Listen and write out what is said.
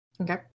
okay